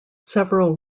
several